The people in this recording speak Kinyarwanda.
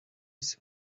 isi